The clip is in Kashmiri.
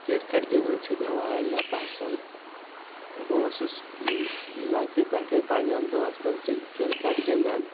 کِرکَٹ گِنٛدُن چھُ مےٚ وارِیاہ پَسَنٛد بہٕ اوسُس لۅکٹہِ پٮ۪ٹھٕے پَنہٕ نٮ۪ن دوستَن سٍتۍ کِرکٹ گِنٛدان